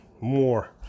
more